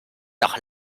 doch